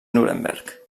nuremberg